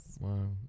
Wow